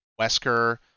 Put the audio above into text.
Wesker